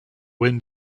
wind